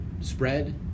spread